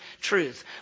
truth